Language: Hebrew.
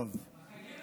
טוב.